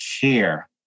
care